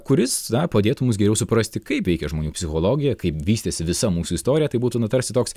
kuris na padėtų mus geriau suprasti kaip veikia žmonių psichologija kaip vystėsi visa mūsų istorija tai būtų nu tarsi toks